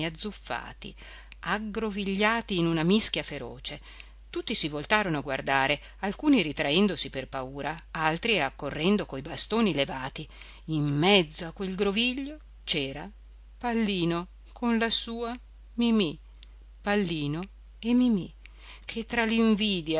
azzuffati aggrovigliati in una mischia feroce tutti si voltarono a guardare alcuni ritraendosi per paura altri accorrendo coi bastoni levati in mezzo a quel groviglio c'era pallino con la sua mimì pallino e mimì che tra